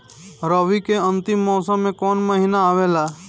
रवी के अंतिम मौसम में कौन महीना आवेला?